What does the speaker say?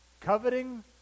coveting